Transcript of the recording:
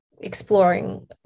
exploring